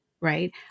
right